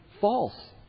false